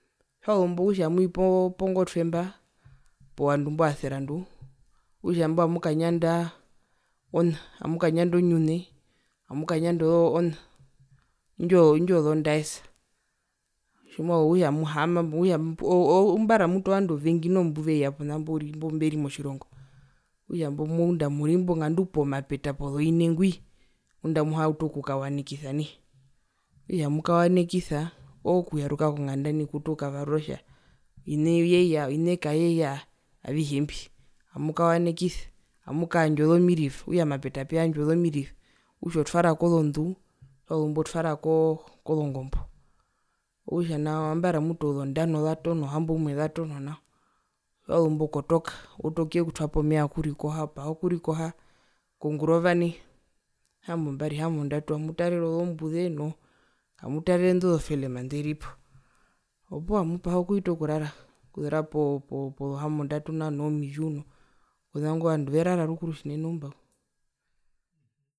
Tjazumbo okutja amwi po pongotwemba povandu imbo vaserandu okutja imbo amukanyanda ona amukanyanda onyune amukanyanda ona o indjo indjo yozodaisa tjimwa okutja amuhaamambo okutja amu oo oo ambara mutu ovandu ovengi mbeya ponambo imbo mberi motjirongo okutja ngunda murimbo ngandu pomapeta pozoine ngwi ngunda amuhauta okukawanekisa nai okutja amukawanekisa ookuyaruka konganda okukauta okukavarura kutja ine vyeya ine kaiyeya avihe mbiamukawanekisa amukaandja ozomiriva okutja mapeta peyandjwa ozomiriva okutja otwara kozondu tjiwazumbo otwara kozongombo, okutja nao ambara ozondano zatono ozohamboumwe zatono nao tjiwazumbo okotoka outu okuyekutwapo meya yokurikoha opaha okurikoha kongurova nai ohambombari ohambondatu amutarere ozombuze noo amutarere indo zofelema nderipo opuwo amupaha okuhita okurara okuzira po pozohambondatu mbo nomivyu noo kona ngo vandu verara rukuru tjinene oumba.